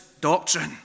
doctrine